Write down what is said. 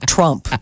Trump